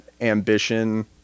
ambition